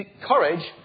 courage